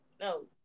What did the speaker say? No